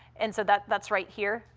and so that's that's right here.